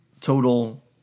total